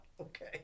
Okay